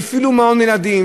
לא הפעילו מעון-ילדים,